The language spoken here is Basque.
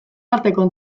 arteko